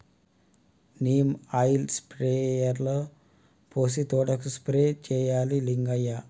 neem oil స్ప్రేయర్లో పోసి తోటకు స్ప్రే చేయవా లింగయ్య